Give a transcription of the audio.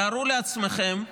תתארו לעצמכם,